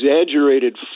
exaggerated